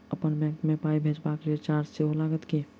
अप्पन बैंक मे पाई भेजबाक लेल चार्ज सेहो लागत की?